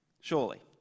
Surely